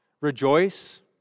rejoice